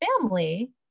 family